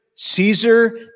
Caesar